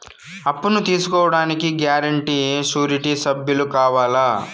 అప్పును తీసుకోడానికి guarantee, surety సభ్యులు కావాలా?